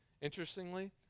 Interestingly